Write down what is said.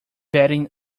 betting